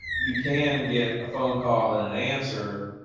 you can get a phone call and an answer,